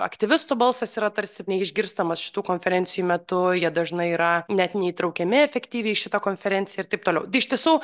aktyvistų balsas yra tarsi neišgirstamas šitų konferencijų metu jie dažnai yra net neįtraukiami efektyviai į šitą konferenciją ir taip toliau iš tiesų